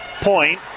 point